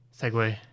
segue